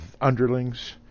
underlings